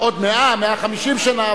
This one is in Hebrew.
עוד 150-100 שנה,